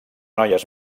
noies